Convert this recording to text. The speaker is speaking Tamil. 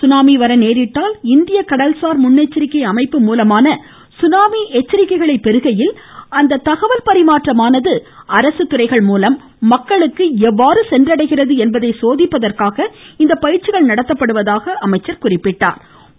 சுனாமி வர நேரிட்டால் இந்திய கடல்சார் முன்னெச்சரிக்கை அமைப்பு மூலமான சுனாமி எச்சரிக்கைகளை பெறுகையில் அந்த தகவல் பரிமாற்றமானது அரசு துறைகள் மூலம் மக்களுக்கு எவ்வாறு சென்றடைகிறது என்பதை சோதிப்பதற்காக இந்த பயிற்சிகள் நடத்தப்படுவதாகவும் அமைச்சர் கூறினார்